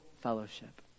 fellowship